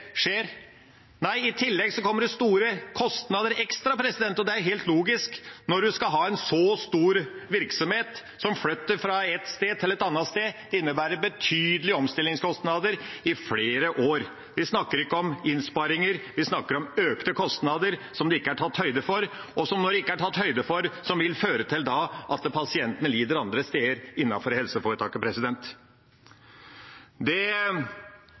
skjer. Nei, i tillegg kommer det store ekstra kostnader. Det er helt logisk at når en så stor virksomhet flytter fra ett sted til et annet, innebærer det betydelige omstillingskostnader i flere år. Vi snakker ikke om innsparinger. Vi snakker om økte kostnader som det ikke er tatt høyde for, og som – når det ikke er tatt høyde for det – vil føre til at pasientene lider andre steder innenfor helseforetaket. Det er viktig at vi nå tar lærdom av det